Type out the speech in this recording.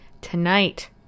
tonight